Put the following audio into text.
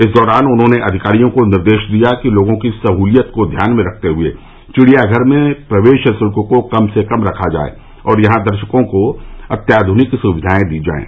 इस दौरान उन्होंने अधिकारियों को निर्देश दिया कि लोगों की सहूलियत को ध्यान में रखते हुए चिड़ियाघर में प्रवेश शुल्क को कम से कम रखा जाए और यहां दर्शकों को अत्याधनिक सुविधाएं दी जाएं